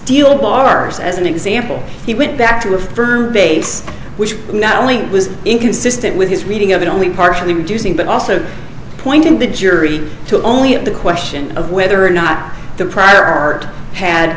steel bars as an example he went back to a firm base which not only was inconsistent with his reading of it only partially reducing but also pointed the jury too only at the question of whether or not the prior art had